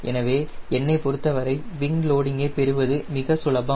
எனவே என்னை பொருத்தவரை விங் லோடிங்கை பெறுவது மிக சுலபம்